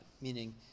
meaning